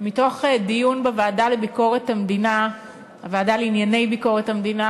מתוך דיון בוועדה לענייני ביקורת המדינה,